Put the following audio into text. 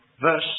verse